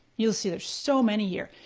you'll see there's so many here.